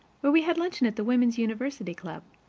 where we had luncheon at the women's university club.